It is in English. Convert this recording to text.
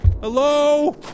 Hello